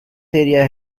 area